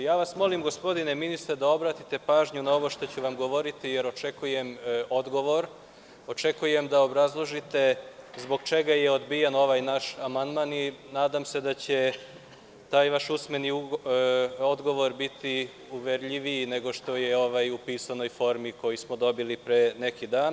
Molim vas, gospodine ministre, da obratite pažnju na ovo što ću vam govoriti, jer očekujem odgovor, očekujem da obrazložite zbog čega je odbijen ovaj naš amandman i nadam se da će taj vaš usmeni odgovor biti uverljiviji nego što je ovaj u pisanoj formi, koji smo dobili pre neki dan.